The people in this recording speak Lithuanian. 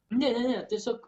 ne ne ne tiesiog